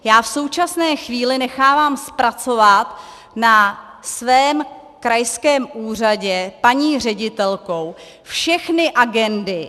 Já v současné chvíli nechávám zpracovat na svém krajském úřadě paní ředitelkou všechny agendy.